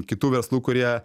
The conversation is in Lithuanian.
kitų verslų kurie